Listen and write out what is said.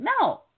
No